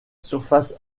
surface